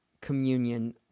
communion